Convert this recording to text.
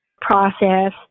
process